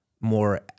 more